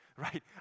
right